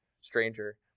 stranger